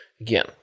Again